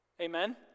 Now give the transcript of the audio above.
Amen